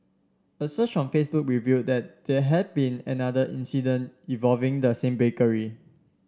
a search on Facebook revealed that there had been another incident involving the same bakery